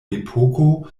epoko